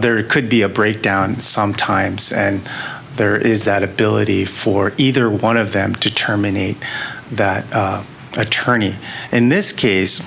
there could be a breakdown sometimes and there is that ability for either one of them to terminate that attorney in this case